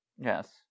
Yes